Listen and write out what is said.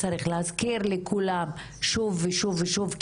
וצריך להזכיר לכולם שוב ושוב ושוב,